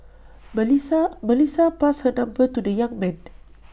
Melissa Melissa passed her number to the young man